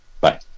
Bye